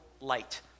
light